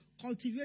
cultivate